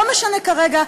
לא משנה כרגע,